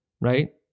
right